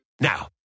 Now